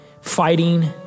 fighting